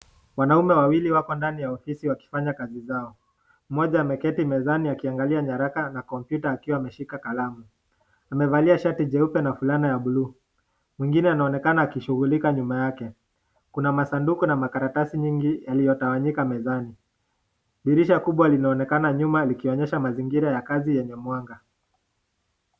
Wanaume wawili wako ndani ya ofisi wakifanya kazi zao. Mmoja ameketi mezani akiangalia nyaraka akiwa na kalamu amevalia shati jeupe na fulana ya buluu, mwingine anaonekana akishughulika nyuma yake. Kuna masanduku mingi na makaratasi mingi iliyotawanyika mezani. Dirisha kubwa linaonekana nyuma likionyesha mazingira ya kazi yenye mwanga.